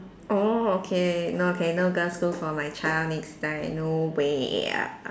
orh okay no okay no girl school for my child next time no way